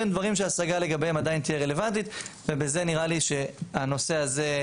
דברים שההשגה לגביהם עדיין תהיה רלוונטית ובזה נראה לי שהנושא הזה,